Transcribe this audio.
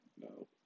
No